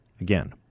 again